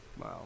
Wow